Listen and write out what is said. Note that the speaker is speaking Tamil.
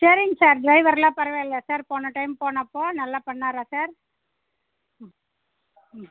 சரிங்க சார் டிரைவரெலாம் பரவாயில்லையா சார் போன டைம் போனப்போது நல்லா பண்ணிணாரா சார்